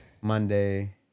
Monday